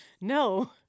no